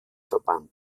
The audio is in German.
verbannt